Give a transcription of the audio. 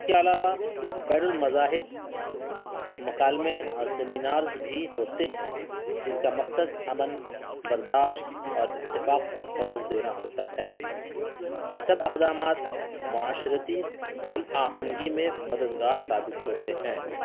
اس کے علاوہ بین المذاہب مکالمے اور سمینارز بھی ہوتے ہیں جن کا مقصد امن برداشت اور اتفاق کو فروغ دینا ہوتا ہے یہ سب اقدامات معاشرتی ہم آہنگی میں مددگار ثابت ہوتے ہیں